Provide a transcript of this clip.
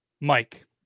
Mike